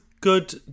good